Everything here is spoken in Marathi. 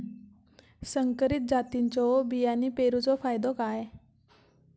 संकरित जातींच्यो बियाणी पेरूचो फायदो काय?